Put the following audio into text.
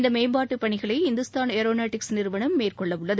இந்த மேம்பாட்டு பணிகளை இந்துஸ்தான் ஏரோனடிக்ஸ் நிறுவனம் மேற்கொள்ள உள்ளது